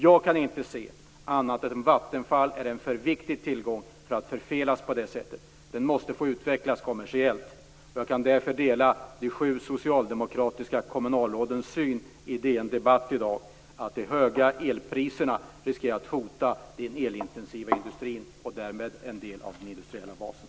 Jag kan inte se annat än att Vattenfall är en för viktig tillgång för att förfelas på det här sättet. Vattenfall måste få utvecklas kommersiellt. Jag kan därför dela de sju socialdemokratiska kommunalrådens synpunkt i DN Debatt i dag om att de höga elpriserna riskerar att hota den elintensiva industrin och därmed en del av den industriella basen.